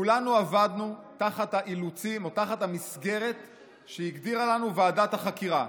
כולנו עבדנו תחת האילוצים או תחת המסגרת שהגדירה לנו ועדת החקירה,